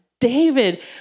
David